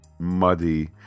muddy